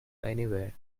anyway